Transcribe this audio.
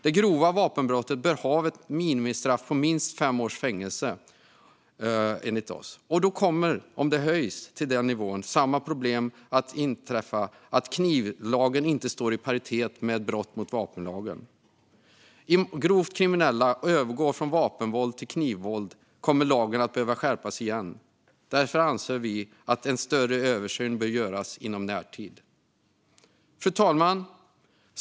Det grova vapenbrottet bör enligt oss ha ett minimistraff på minst fem års fängelse, och om det höjs till den nivån kommer samma problem att inträffa, nämligen att brott mot knivlagen inte är i paritet med brott mot vapenlagen. Om grovt kriminella i så fall övergår från vapenvåld till knivvåld kommer lagen att behöva skärpas igen. Därför anser vi att en större översyn bör göras i närtid. Fru talman!